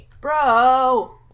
Bro